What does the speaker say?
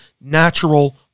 natural